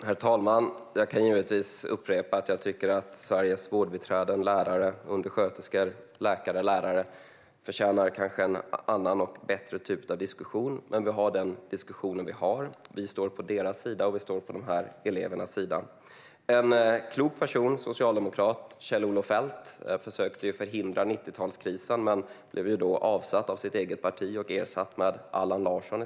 Herr talman! Jag kan givetvis upprepa att jag tycker att Sveriges vårdbiträden, undersköterskor, läkare och lärare förtjänar en annan och bättre diskussion. Men vi har den diskussion vi har. Vi står på deras sida, och vi står på de här elevernas sida. En klok person och socialdemokrat, Kjell-Olof Feldt, försökte förhindra 90-talskrisen men blev då avsatt av sitt eget parti och ersatt med Allan Larsson.